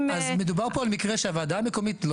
--- אז מדובר פה על מקרה שהוועדה המקומית לא